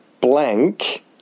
blank